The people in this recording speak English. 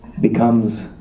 becomes